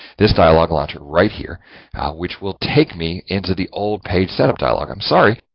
this dialog launcher right here which will take me into the old page setup dialog. i'm sorry.